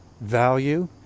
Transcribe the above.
value